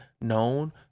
known